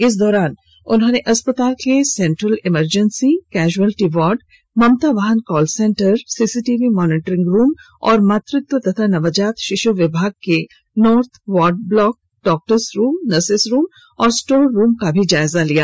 इस दौरान उन्होंने अस्पताल के central emergency casualty ward Mamta वाहन call centre CCTV monitoring room और मातृत्व एवं नवजात शिशु विभाग के north ward block doctors room nurses room और स्टोर रूम आदि का जायजा लिया